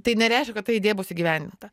tai nereiškia kad ta idėja bus įgyvendinta